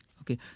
Okay